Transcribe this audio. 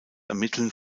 ermitteln